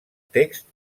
text